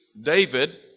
David